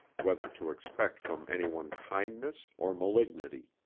whether to expect from anyone kindness or malignity.